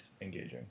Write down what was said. engaging